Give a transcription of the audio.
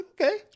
okay